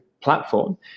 platform